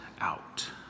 out